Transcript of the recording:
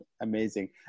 amazing